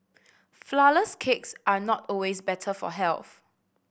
flourless cakes are not always better for health